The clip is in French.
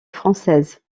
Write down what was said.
française